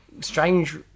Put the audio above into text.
strange